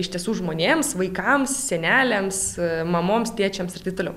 iš tiesų žmonėms vaikams seneliams mamoms tėčiams ir taip toliau